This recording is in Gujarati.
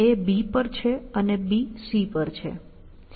આ તેનાથી સમાન છે